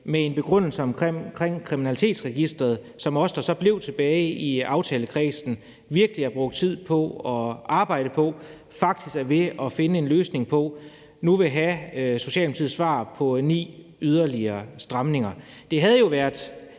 der handlede om kriminalitetsregistreret, som vi, der så blev tilbage i aftalekredsen, virkelig har brugt tid på at arbejde på og faktisk er ved at finde en løsning på, nu vil have Socialdemokratiets svar på ni yderligere stramninger. Det havde jo været,